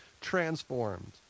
transformed